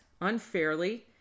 unfairly